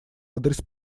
адрес